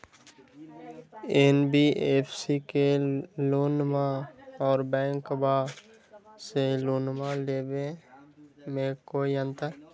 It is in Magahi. एन.बी.एफ.सी से लोनमा आर बैंकबा से लोनमा ले बे में कोइ अंतर?